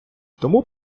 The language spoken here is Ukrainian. тому